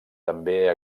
també